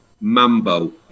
Mambo